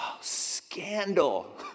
scandal